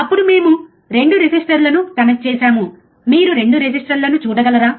అప్పుడు మేము 2 రెసిస్టర్లను కనెక్ట్ చేసాము మీరు 2 రెసిస్టర్లను చూడగలరా